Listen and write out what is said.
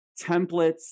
templates